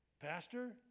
Pastor